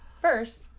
first